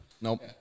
Nope